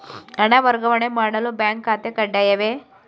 ಹಣ ವರ್ಗಾವಣೆ ಮಾಡಲು ಬ್ಯಾಂಕ್ ಖಾತೆ ಕಡ್ಡಾಯವೇ?